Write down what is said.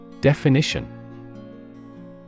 Definition